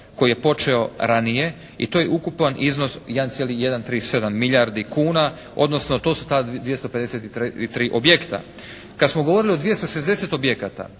koji je počeo ranije i to je ukupan iznos 1,137 milijardi kuna, odnosno to su ta 253 objekta. Kada smo govorili o 260 objekata